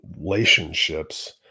relationships